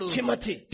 Timothy